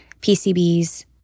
PCBs